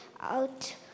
out